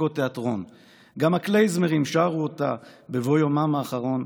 הצגות תיאטרון / גם הכלייזמרים שרו אותה בבוא יומם האחרון.